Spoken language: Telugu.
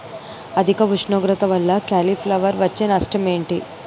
అధిక ఉష్ణోగ్రత వల్ల కాలీఫ్లవర్ వచ్చే నష్టం ఏంటి?